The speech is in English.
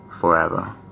forever